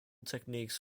techniques